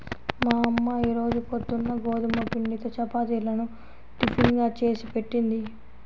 మా అమ్మ ఈ రోజు పొద్దున్న గోధుమ పిండితో చపాతీలను టిఫిన్ గా చేసిపెట్టింది